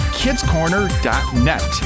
kidscorner.net